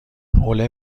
حوله